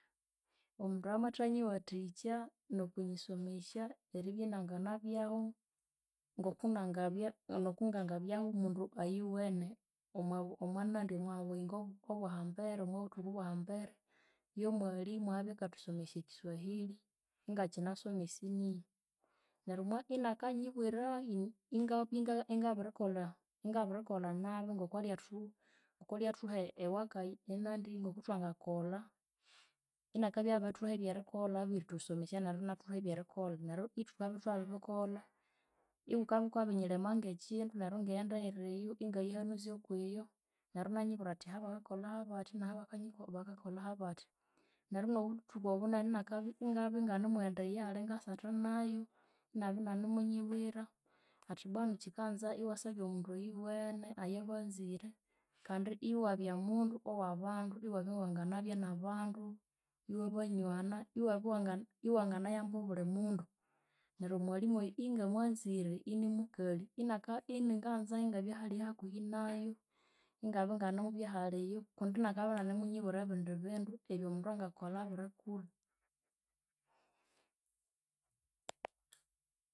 Omundu ayamathanyiwathikya nokwinyisomesya eribya inanganabyahu nokunangabya nokunangabyahu mundu ayiwene omwabu omwabuyingo obwahambere omwabuthuku obwahambere yomwalimu owabya akathusomesya ekyiswahili ingakyinasoma e senior. Neryu mwa inakanyibwira inga ingabirikolha ingabirikolha nabi ngokwalyathu ngokwalyathuha e worka ngokuthwangakolha. Inakabya abirithuha ebyerikolha abirithusomesya neryu inathuha ebyerikolha neryu ithukabya thwabiribikolha iwukabyakwabinyilema ngekyindu neryu ingaghenda eyiriyo. Ingayihanuzya okwiyo neryu inanyibwira athi ahabakakolha habatya naha bakanyi bakakolhaha batya. Neryu nobuthuku obo neryu inakabya ingabya inganemughenda eyali ingasatha nayu inabya inanemunyibwira athi bwanu kyikanza iwasyabya mundu oyuwene ayabanzire. Kandi iwabya mundu owabandu, iwabya iwanginabya nabandu iwabanywana, iwabya iwangana iwanginayamba abuli mundu. Neryu omwalimu oyu ingamwanzire inimukalhi, inaka ininganza ingabya hali hakuhi nayu inganemubya ahaliyu kundi inakaba inanemumbwira ebindi bindu ebyomundu angakolha abirikulha.